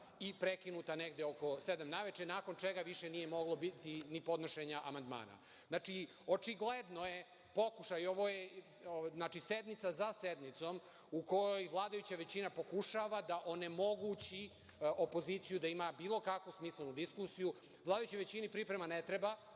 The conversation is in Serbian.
i prekinuta negde oko sedam naveče, nakon čega više nije moglo biti ni podnošenja amandmana. Znači, očigledno je, pokušaj, ovo je sednica za sednicom u kojoj vladajuća većina pokušava da onemogući opoziciju da ima bilo kakvog smisla u diskusiji. Vladajućoj većini priprema ne treba